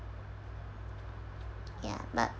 ya but